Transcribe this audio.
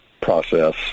process